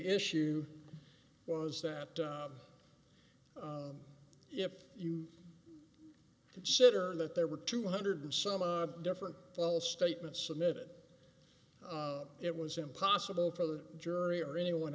issue was that if you consider that there were two hundred some odd different false statements submitted it was impossible for the jury or anyone